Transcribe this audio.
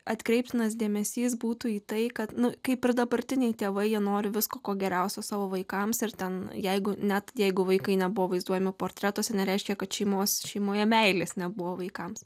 atkreiptinas dėmesys būtų į tai kad kaip ir dabartiniai tėvai jie nori visko ko geriausio savo vaikams ir ten jeigu net jeigu vaikai nebuvo vaizduojami portretuose nereiškia kad šeimos šeimoje meilės nebuvo vaikams